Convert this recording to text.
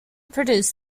produced